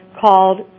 called